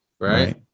right